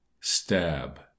Stab